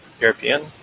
European